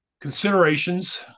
considerations